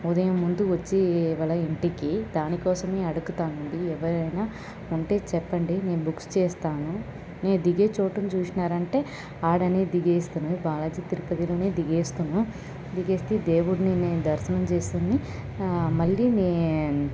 ఉదయం ముందు వచ్చి వెల ఇంటికి దాని కోసమే అడుగుతామండి ఎవరైనా ఉంటే చెప్పండి నేను బుక్ చేస్తాను నేను దిగే చోటును చూసినారంటే ఆడనే దిగేస్తును బాలాజీ తిరుపతిలోనే దిగేస్తును దిగేస్తి దేవుడిని నేను దర్శనం చేసుకొని మళ్ళీ మీ